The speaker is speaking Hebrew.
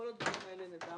את כל הדברים האלה נדע